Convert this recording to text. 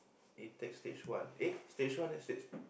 A tech stage one eh stage one then stage